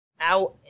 out